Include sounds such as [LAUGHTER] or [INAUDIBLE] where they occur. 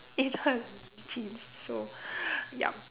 in her jeans so [LAUGHS] yup